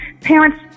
parents